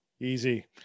Easy